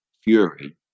Fury